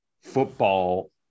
football